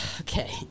Okay